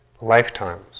Lifetimes